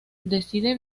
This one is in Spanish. decide